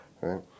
right